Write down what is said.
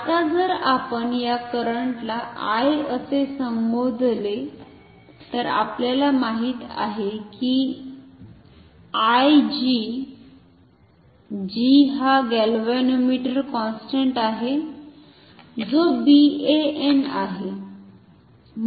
आता जर आपण या करंटला I असे संबोधले तर आपल्याला माहित आहे की I G G हा गॅल्व्हनोमीटर कॉन्स्टेंट आहे जो BAN आहे